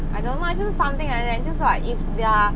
I don't mind 就是 something like that 就是 like if their